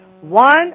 One